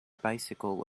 bicycle